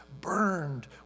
burned